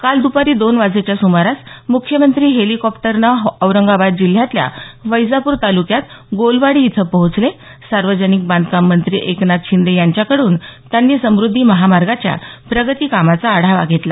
काल दुपारी दोन वाजेच्या सुमारास मुख्यमंत्री हेलिकॉप्टरने औरंगाबाद जिल्ह्यातल्या वैजापूर तालुक्यात गोलवाडी इथं पोहोचले सार्वजनिक बांधकाम मंत्री एकनाथ शिंदे यांच्याकडून त्यांनी समुद्धी महामार्गाच्या प्रगती कामाचा आढावा घेतला